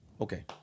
Okay